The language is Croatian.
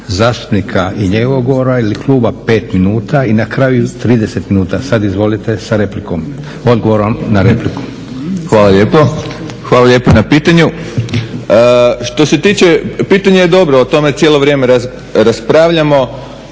zastupnika i njegovog govora ili kluba 5 minuta i na kraju 30 minuta. Sad izvolite sa odgovorom na repliku. **Vujčić, Boris** Hvala lijepo. Hvala lijepo na pitanju. Što se tiče pitanje je dobro, o tome cijelo raspravljamo,